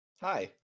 Hi